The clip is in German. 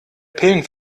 pillen